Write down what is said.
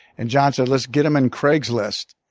and jon said, let's get him in craigslist.